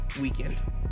weekend